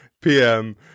PM